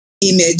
image